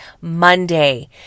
Monday